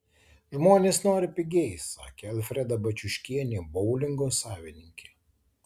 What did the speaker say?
žmonės nori pigiai sakė alfreda baciuškienė boulingo savininkė